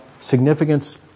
significance